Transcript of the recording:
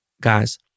guys